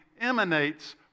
emanates